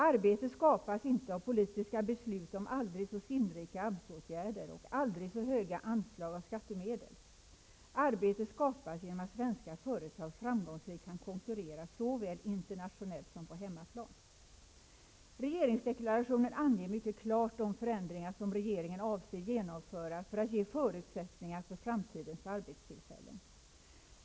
Arbete skapas inte av politiska beslut om aldrig så sinnrika AMS-åtgärder och aldrig så höga anslag av skattemedel. Arbete skapas genom att svenska företag framgångsrikt kan konkurrera såväl internationellt som på hemmaplan. Regeringsdeklarationen anger mycket klart de förändringar som regeringen avser att genomföra för att ge förutsättningar för framtidens arbetstillfällen.